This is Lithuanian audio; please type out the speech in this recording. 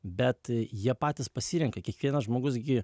bet jie patys pasirenka kiekvienas žmogus gi